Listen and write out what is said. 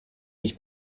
mich